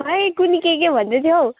खै कुनि के के भन्दैथ्यो हौ